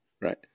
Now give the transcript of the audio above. right